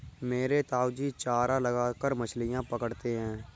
मेरे ताऊजी चारा लगाकर मछलियां पकड़ते हैं